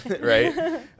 right